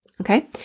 okay